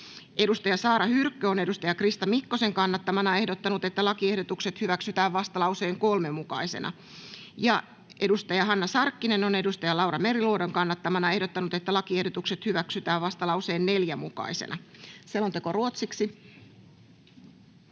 mukaisena, Saara Hyrkkö on Krista Mikkosen kannattamana ehdottanut, että lakiehdotukset hyväksytään vastalauseen 3 mukaisena, ja Hanna Sarkkinen on Laura Meriluodon kannattamana ehdottanut, että lakiehdotukset hyväksytään vastalauseen 4 mukaisena. [Speech 6]